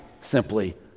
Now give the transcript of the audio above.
simply